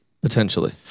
potentially